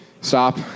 stop